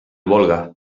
volga